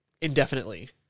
indefinitely